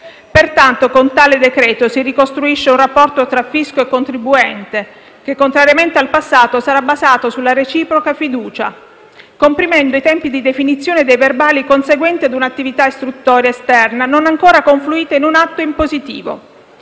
Pertanto, con tale decreto si ricostruisce un rapporto tra fisco e contribuente, che, contrariamente al passato, sarà basato sulla reciproca fiducia, comprimendo i tempi di definizione dei verbali conseguenti a un'attività istruttoria esterna, non ancora confluita in un atto impositivo.